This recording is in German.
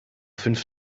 fünf